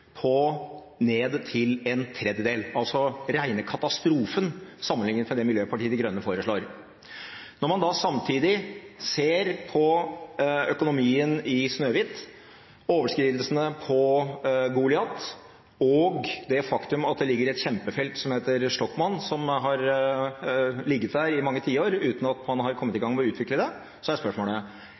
til en tredjedel – altså den rene katastrofen sammenliknet med det som Miljøpartiet De Grønne foreslår. Når man da samtidig ser på økonomien i Snøhvit, overskridelsene på Goliat og det faktum at det ligger et kjempefelt som heter Shtokman, som har ligget der i mange tiår, uten at man har kommet i gang med å utvikle det, er spørsmålet: